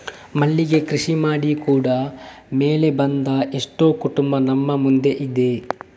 ಮಲ್ಲಿಗೆ ಕೃಷಿ ಮಾಡಿ ಕೂಡಾ ಮೇಲೆ ಬಂದ ಎಷ್ಟೋ ಕುಟುಂಬ ನಮ್ಮ ಮುಂದೆ ಇದೆ